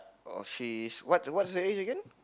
or she is what what is her age again